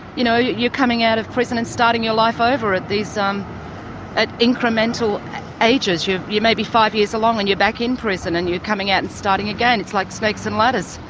you know, you're coming out of prison and starting your life over at these um at these incremental ages. you're you're maybe five years along, and you're back in prison, and you're coming out and starting again. it's like snakes and ladders.